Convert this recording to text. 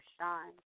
shine